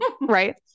right